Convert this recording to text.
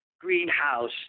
greenhouse